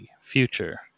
future